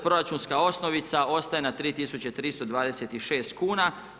Proračunska osnovica ostaje na 3326 kuna.